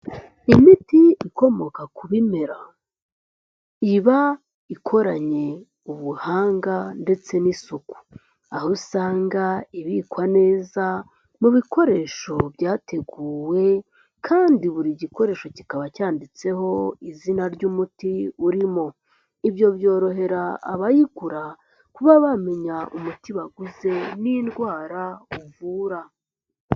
Imiti ikomoka ku bimera, iba ikoranye ubuhanga ndetse n'isuku, aho usanga ibikwa neza mu bikoresho byateguwe kandi buri gikoresho kikaba cyanditseho izina ry'umuti urimo, ibyo byorohera abayigura kuba bamenya umuti baguze n'indwara uvura.